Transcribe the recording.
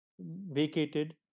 vacated